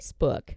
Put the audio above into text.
Facebook